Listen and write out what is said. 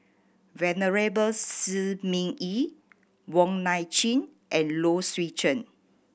Venerable Shi Ming Yi Wong Nai Chin and Low Swee Chen